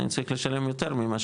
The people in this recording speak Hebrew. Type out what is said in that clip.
אני צריך לשלם יותר,